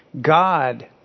God